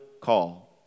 call